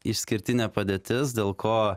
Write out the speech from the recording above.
išskirtinė padėtis dėl ko